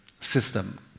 system